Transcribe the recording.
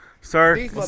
Sir